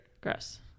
Gross